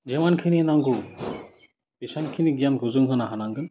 जिमानखिनि नांगौ बेसानखिनि गियानखौ जों होनो हानांगोन